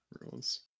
rules